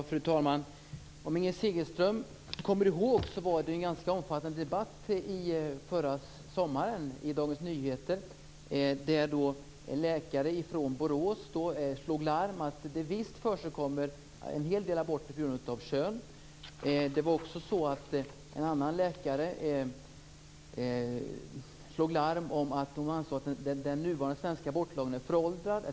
Fru talman! Om Inger Segelström kommer ihåg var det en ganska omfattande debatt förra sommaren i Dagens Nyheter, där läkare från Borås slog larm om att det visst förekommer en del aborter på grund av kön. En annan läkare slog larm om att den nuvarande svenska abortlagen är föråldrad.